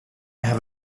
have